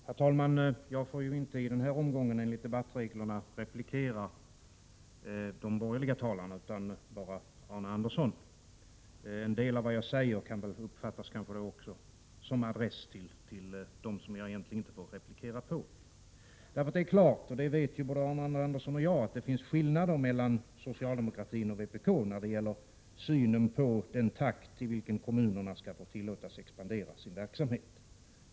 Herr talman! Jag får enligt debattreglerna i den här omgången inte replikera de borgerliga talarna utan endast Arne Andersson i Gamleby. En del av vad jag nu säger kan väl ändå uppfattas som sagt med adress till dem som jag egentligen inte får replikera på. Det är ju klart, och det vet ju både Arne Andersson och jag, att det finns skillnader mellan socialdemokraterna och vpk när det gäller synen på den takt i vilken kommunerna skall få tillåtas expandera sin verksamhet.